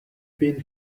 been